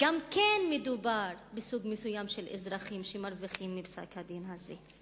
גם כן מדובר בסוג מסוים של אזרחים שמרוויחים מפסק-הדין הזה,